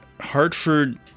Hartford